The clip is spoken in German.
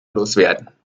loswerden